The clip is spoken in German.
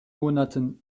monaten